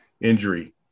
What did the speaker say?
injury